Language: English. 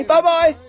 Bye-bye